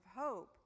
hope